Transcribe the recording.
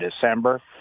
December